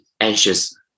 anxious